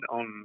on